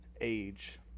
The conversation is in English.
age